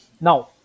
Now